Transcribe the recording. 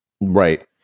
right